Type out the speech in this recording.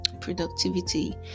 productivity